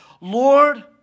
Lord